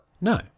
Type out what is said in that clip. No